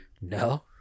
No